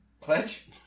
Pledge